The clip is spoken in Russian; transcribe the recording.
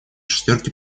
шестерки